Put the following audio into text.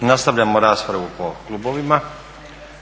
Nastavljamo raspravu po klubovima.